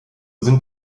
sind